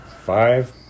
five